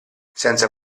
senza